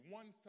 one